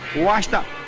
washed up,